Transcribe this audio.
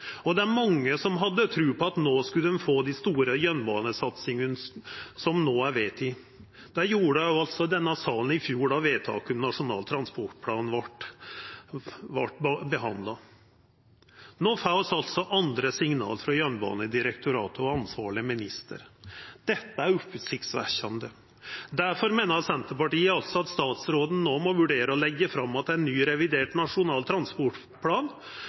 Og det er mange som hadde tru på at dei no skulle få den store jernbanesatsinga som er vedteken. Det gjorde altså denne salen i fjor, då Nasjonal transportplan vart behandla. No får vi altså andre signal frå Jernbanedirektoratet og den ansvarlege ministeren. Dette er oppsiktsvekkjande. Difor meiner Senterpartiet at statsråden no må vurdera å leggja fram ein ny, revidert nasjonal transportplan,